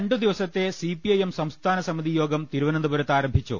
രണ്ടുദിവസത്തെ C P I M സംസ്ഥാന സമിതി യോഗം തിരുവനന്തപുരത്ത് ആരംഭിച്ചു